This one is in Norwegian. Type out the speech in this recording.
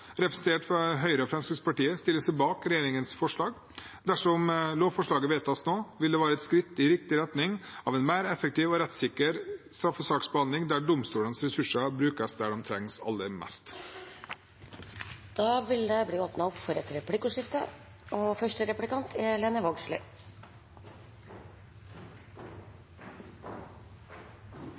representert ved Høyre og Fremskrittspartiet, stiller seg bak regjeringens forslag. Dersom lovforslaget vedtas i dag, vil det være et skritt i riktig retning av en mer effektiv og rettssikker straffesaksbehandling der domstolenes ressurser brukes der de trengs aller mest. Det blir replikkordskifte. Dersom lyd- og